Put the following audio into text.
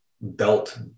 belt